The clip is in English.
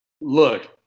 Look